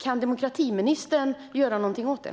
Kan demokratiministern göra någonting åt det?